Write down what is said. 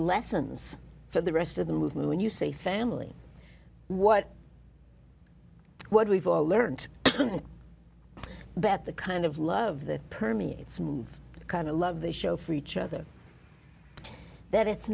lessons for the rest of the movement when you say family what what we've all learned and bet the kind of love that permeates some kind of love the show for each other that it's